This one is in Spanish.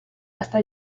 hasta